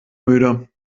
müde